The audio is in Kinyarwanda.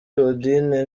claudine